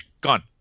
Gone